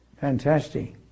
Fantastic